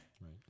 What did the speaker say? Right